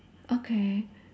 okay